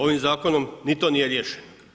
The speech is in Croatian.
Ovim zakonom, ni to nije riješeno.